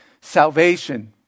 salvation